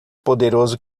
poderoso